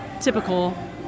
typical